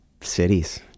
cities